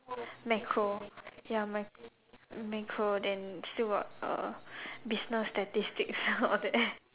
macro ya mac~ macro then still got uh business statistics all that